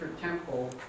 temple